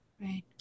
Right